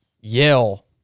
yell